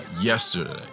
yesterday